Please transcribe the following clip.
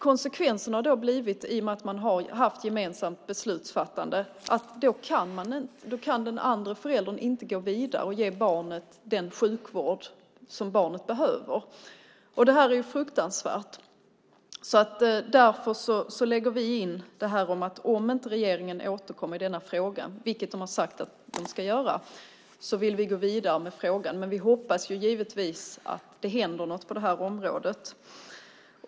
Konsekvensen har i och med att man har haft gemensamt beslutsfattande blivit att den andra föräldern inte kan gå vidare och ge barnet den sjukvård det behöver. Det här är fruktansvärt. Därför lägger vi in det här om att vi vill gå vidare med frågan om inte regeringen återkommer i frågan, vilket den har sagt att den ska göra. Men vi hoppas givetvis att det händer något på området.